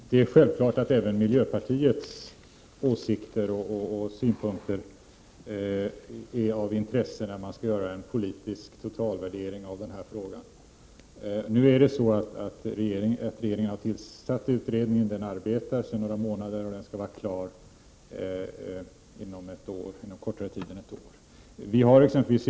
Herr talman! Självfallet är även miljöpartiets åsikter och synpunkter av intresse när det gäller att göra en politisk totalvärdering av den här frågan. Regeringen har tillsatt utredningen i fråga, och den arbetar sedan några månader tillbaka. Det är meningen att den skall vara klar inom kortare tid än ett år.